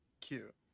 Cute